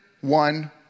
one